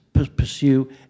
pursue